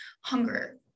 hunger